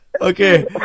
Okay